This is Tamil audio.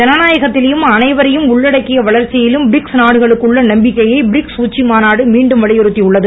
ஜனநாயகத்திலும் அனைவரையும் உள்ளடக்கிய வளர்ச்சியிலும் பிரிக்ஸ் நாடுகளுக்குள்ள நம்பிக்கையை பிரிக்ஸ் உச்சி மாநாடு மீண்டும் வலியுறுத்தியுள்ளது